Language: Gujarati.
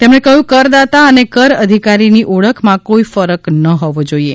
તેમણે કહ્યું કરદાતા અને કર અધિકારીની ઓળખમાં કોઈ ફરક ન હોવો જોઈએ